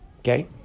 Okay